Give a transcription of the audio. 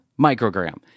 microgram